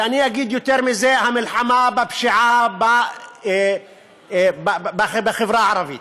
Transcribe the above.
אני אגיד יותר מזה, המלחמה בפשיעה בחברה הערבית,